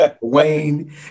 Wayne